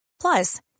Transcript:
Plus